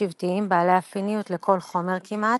שבטיים בעלי אפיניות לכל חומר כמעט.